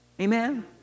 Amen